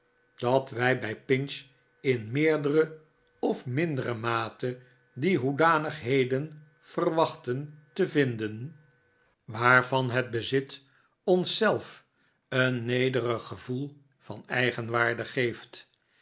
dat wij bij pinch in meerdere of mindere mate die hoedanigheden verwachten te vinden maarten ghuzzlewit waarvan het bezit ons zelf een nederig gevoel van eigenwaarde geeft